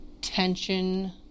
tension